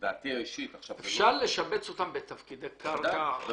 אפשר לשבץ אותם בתפקידי קרקע?